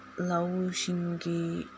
ꯂꯧꯁꯤꯡꯒꯤ